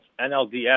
NLDS